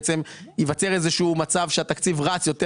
בעצם ייווצר איזשהו מצב שהתקציב רץ יותר